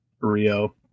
Rio